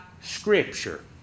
Scripture